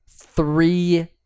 three